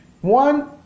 One